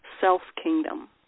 self-kingdom